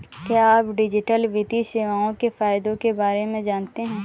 क्या आप डिजिटल वित्तीय सेवाओं के फायदों के बारे में जानते हैं?